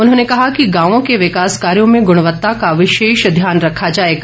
उन्होंने कहा कि गांवों के विकास कार्यों में गुणवत्ता का विशेष ध्यान रखा जाएगा